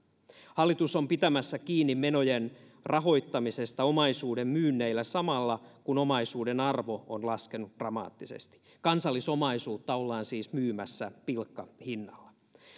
hallitus on pitämässä kiinni menojen rahoittamisesta omaisuudenmyynneillä samalla kun omaisuuden arvo on laskenut dramaattisesti kansallisomaisuutta ollaan siis myymässä pilkkahinnalla